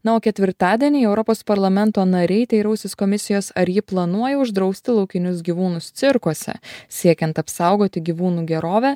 na o ketvirtadienį europos parlamento nariai teirausis komisijos ar ji planuoja uždrausti laukinius gyvūnus cirkuose siekiant apsaugoti gyvūnų gerovę